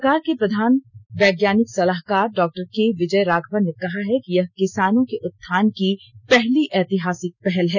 सरकार के प्रधान वैज्ञानिक सलाहकार डॉ केविजय राघवन ने कहा है कि यह किसानों के उत्थान की पहली ऐतिहासिक पहल है